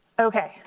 okay,